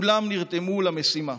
כולם נרתמו למשימה.